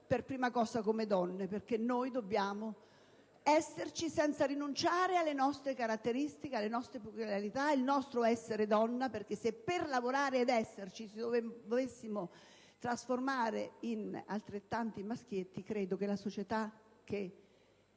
per prima cosa come donne. Perché noi dobbiamo esserci senza rinunciare alle nostre caratteristiche, alle nostre peculiarità, al nostro essere donne: se per lavorare ed esserci dovessimo trasformarci in altrettanti maschietti credo che per la società, che